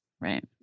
right